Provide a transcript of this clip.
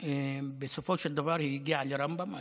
בסופו של דבר, היא הגיעה לרמב"ם.